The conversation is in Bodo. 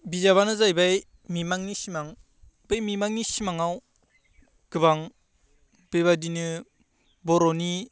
बिजाबानो जाहैबाय मिमांनि सिमां बै मिमांनि सिमाङाव गोबां बेबायदिनो बर'नि